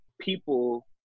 people